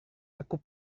aku